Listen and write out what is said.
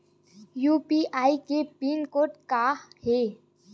UPI के pin code का हे?